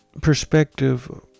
perspective